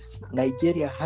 Nigeria